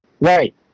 Right